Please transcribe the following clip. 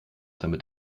damit